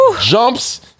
jumps